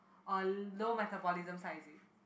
uh low metabolism side is it